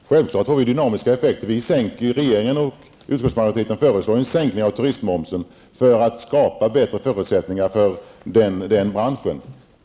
Herr talman! Självfallet blir det dynamiska effekter. Regeringen och utskottsmajoriteten föreslår en sänkning av turistmomsen för att skapa bättre förutsättningar för branschen.